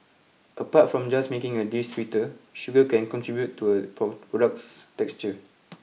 apart from just making a dish sweeter sugar can contribute to a product's texture